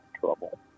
trouble